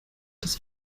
das